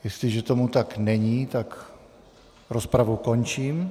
Jestliže tomu tak není, tak rozpravu končím.